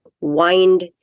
wind